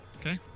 Okay